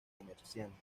comerciantes